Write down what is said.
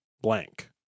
blank